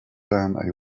down